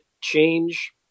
change